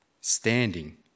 standing